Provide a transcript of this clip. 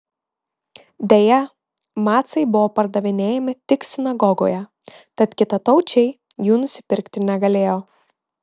deja macai buvo pardavinėjami tik sinagogoje tad kitataučiai jų nusipirkti negalėjo